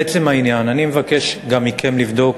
לעצם העניין, אני מבקש גם מכם לבדוק